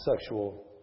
sexual